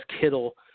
Kittle